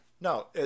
No